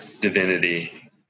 divinity